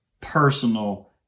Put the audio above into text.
personal